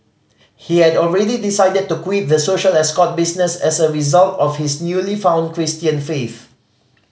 he had already decided to quit the social escort business as a result of his newly found Christian faith